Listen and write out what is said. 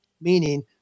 meaning